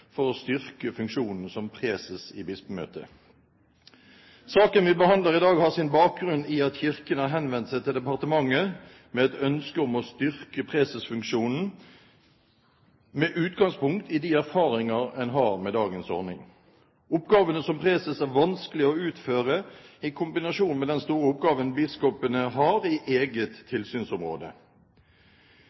for å styrke funksjonen som preses i Bispemøtet. Saken vi behandler i dag, har sin bakgrunn i at Kirken har henvendt seg til departementet med et ønske om å styrke presesfunksjonen med utgangspunkt i de erfaringer en har med dagens ordning. Oppgavene som preses er vanskelig å utføre i kombinasjon med den store oppgaven biskopene har i eget tilsynsområde.